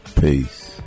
Peace